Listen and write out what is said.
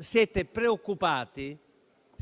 Siete preoccupati